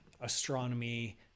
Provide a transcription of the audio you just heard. astronomy